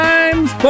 Times